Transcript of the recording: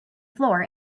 floor